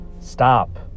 Stop